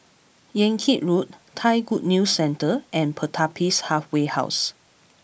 Yan Kit Road Thai Good News Centre and Pertapis Halfway House